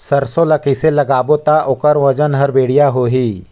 सरसो ला कइसे लगाबो ता ओकर ओजन हर बेडिया होही?